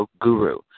Guru